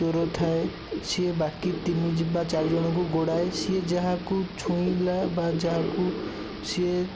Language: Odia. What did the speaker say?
ଚୋର ଥାଏ ସିଏ ବାକି ତିନି ଯିବା ବାକି ଚାରିଜଣଙ୍କୁ ଗୋଡ଼ାଏ ସିଏ ଯାହାକୁ ଛୁଇଁଲା ବା ଯାହାକୁ ସିଏ